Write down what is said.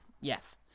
Yes